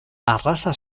arraza